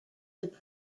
have